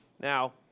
Now